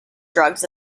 drugs